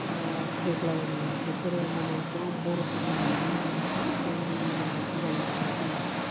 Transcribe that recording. जोग्लावरि बेफोरो माने एकदम बर'फोरनि मानो मुलि मैगं बे मुलि मैगंखौ जायोब्ला जों